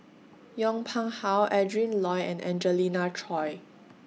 Yong Pung How Adrin Loi and Angelina Choy